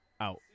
out